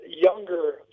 younger